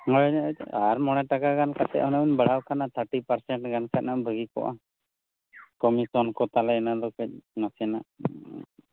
ᱦᱚᱭ ᱟᱨ ᱢᱚᱬᱮ ᱴᱟᱠᱟᱜᱟᱱ ᱠᱟᱛᱮᱫ ᱦᱩᱱᱟᱹᱝ ᱵᱟᱲᱦᱟᱣ ᱟᱠᱟᱱᱟ ᱛᱷᱟᱨᱴᱤ ᱯᱟᱨᱥᱮᱱᱴ ᱜᱟᱱ ᱠᱷᱟᱱᱮᱢ ᱵᱷᱟᱜᱮ ᱦᱩᱭᱠᱚᱜᱼᱟ ᱠᱚᱢᱤᱥᱚᱱ ᱠᱚ ᱛᱟᱞᱦᱮ ᱚᱱᱟᱫᱚ ᱠᱟᱹᱡ ᱱᱟᱥᱮᱱᱟᱜ